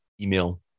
email